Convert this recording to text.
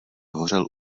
hořel